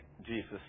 Jesus